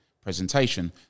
presentation